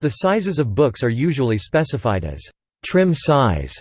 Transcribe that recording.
the sizes of books are usually specified as trim size